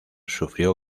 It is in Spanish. sufrió